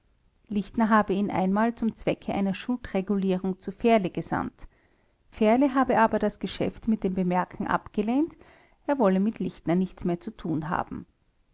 lichtner habe ihn einmal zum zwecke einer schuldregulierung zu fährle gesandt fährle habe aber das geschäft mit dem bemerken abgelehnt er wolle mit lichtner nichts mehr zu tun haben